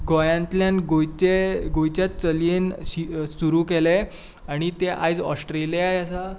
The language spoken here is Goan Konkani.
गोंयांतल्यान गोंयचे गोंयचे चलयेन सुरू केलें आनी तें आयज ऑस्ट्रेलियाय आसा